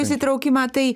įsitraukimą tai